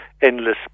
endless